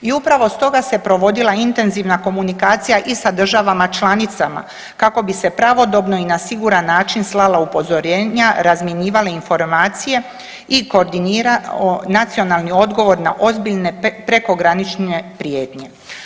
I upravo stoga se provodila intenzivna komunikacija i sa državama članicama kako bi se pravodobno i na siguran način slala upozorenja, razmjenjivale informacije i koordinira nacionalni odgovor na ozbiljne prekogranične prijetnje.